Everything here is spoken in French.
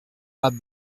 abd